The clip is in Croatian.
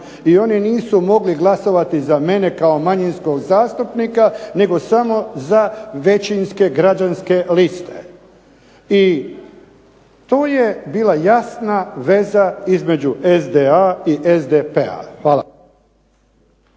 I oni nisu mogli glasovati za mene kao manjinskog zastupnika, nego samo za većinske građanske liste. I tu je bila jasna veza između SDA i SDP-a. Hvala.